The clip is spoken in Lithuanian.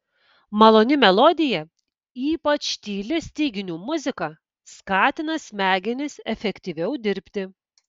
maloni melodija ypač tyli styginių muzika skatina smegenis efektyviau dirbti